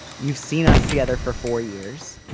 you've seen us together for four years.